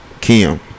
Kim